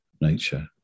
nature